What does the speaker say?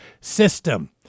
system